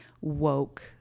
woke